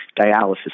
dialysis